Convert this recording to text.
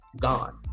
gone